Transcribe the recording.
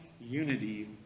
unity